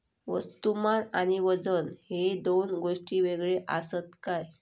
वस्तुमान आणि वजन हे दोन गोष्टी वेगळे आसत काय?